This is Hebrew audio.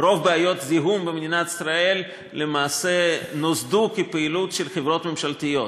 ורוב בעיות הזיהום במדינת ישראל למעשה נוצרו כפעילות של חברות ממשלתיות.